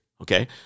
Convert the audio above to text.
okay